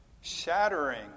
shattering